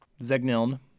Zegniln